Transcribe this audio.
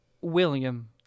William